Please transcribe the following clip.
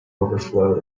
overflowed